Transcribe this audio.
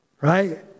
right